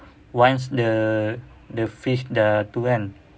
once the the fish dah tu kan